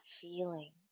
feeling